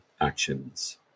actions